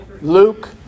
Luke